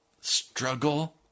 struggle